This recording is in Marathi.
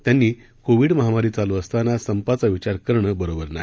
त्यांनी कोविड महामारी चालू असताना संपाचा विचार करणं बरोबर नाही